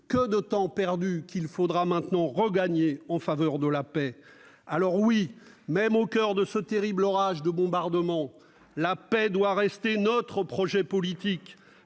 Que de temps perdu, qu'il faudra maintenant regagner en faveur de la paix ! Alors oui, même au coeur de ce terrible orage de bombardements, la paix doit rester notre projet politique.